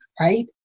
right